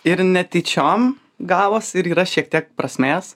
ir netyčiom gavos ir yra šiek tiek prasmės